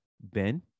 Ben